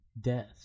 death